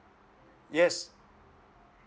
yes